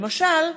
למשל,